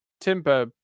Timber